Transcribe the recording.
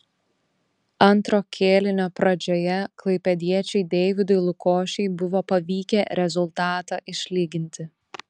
antro kėlinio pradžioje klaipėdiečiui deividui lukošiui buvo pavykę rezultatą išlyginti